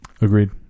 Agreed